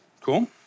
Cool